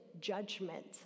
judgment